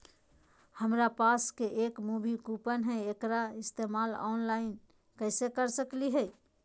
हमरा पास एक मूवी कूपन हई, एकरा इस्तेमाल ऑनलाइन कैसे कर सकली हई?